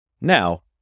Now